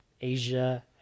Asia